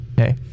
Okay